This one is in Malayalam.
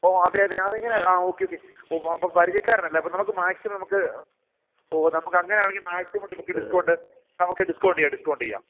ഓ അതെ അതെ അതെങ്ങനെ ആ ഓക്കെ ഓക്കെ ഓ അപ്പൊ പരിചയക്കാരനാല്ലേ അപ്പൊ നമക്ക് മാക്സിമം നമക്ക് ഓ നമക്കങ്ങനാണെങ്കി മാക്സിമം നമക്ക് ഡിസ്കൗണ്ട് നമക്ക് ഡിസ്കൗണ്ടെയ്യ ഡിസ്കൗണ്ടെയ്യാം